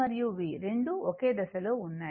మరియు V రెండూ ఒకే దశలో ఉన్నాయి